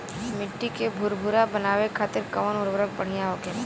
मिट्टी के भूरभूरा बनावे खातिर कवन उर्वरक भड़िया होखेला?